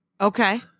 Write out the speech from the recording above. Okay